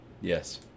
yes